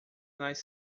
nas